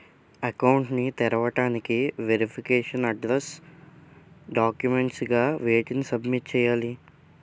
Account ను తెరవటానికి verification address documents గా వేటిని సబ్మిట్ చేయాలి?